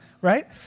right